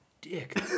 dick